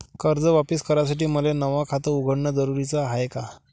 कर्ज वापिस करासाठी मले नव खात उघडन जरुरी हाय का?